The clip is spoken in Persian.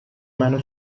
منو